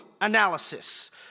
analysis